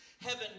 Heaven